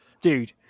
dude